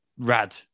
Rad